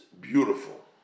beautiful